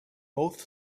both